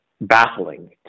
baffling